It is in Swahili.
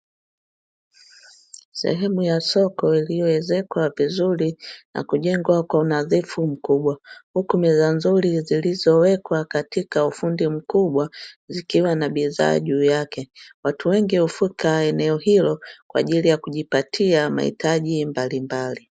Sehemu ya soko iliyo ezekwa vizuri na kujengwa kwa unadhifu mkubwa, huku meza nzuri zikizowekwa katika ufundi mkubwa zikiwa na bidhaa juu yake, watu wengi hufika eneo hilo kwaajili kupata mahitaji mbalimbali.